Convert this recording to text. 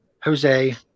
Jose